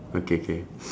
okay K